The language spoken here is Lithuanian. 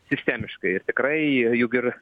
sistemiškai ir tikrai juk ir